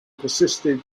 persisted